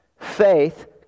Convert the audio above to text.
faith